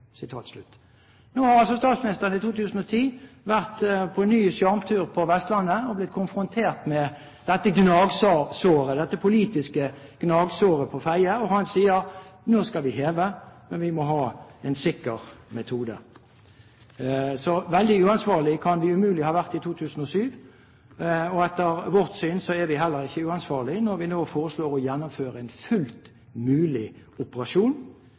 Nå har statsministeren i 2010 vært på ny sjarmtur på Vestlandet og blitt konfrontert med dette politiske gnagsåret på Fedje, og han har sagt: Nå skal vi heve, men vi må ha en sikker metode. Så veldig uansvarlige kan vi umulig ha vært i 2007. Etter vårt syn er vi heller ikke uansvarlige når vi nå foreslår å gjennomføre en fullt mulig operasjon.